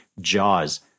jaws